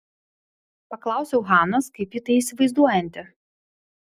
paklausiau hanos kaip ji tai įsivaizduojanti